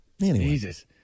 Jesus